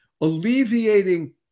alleviating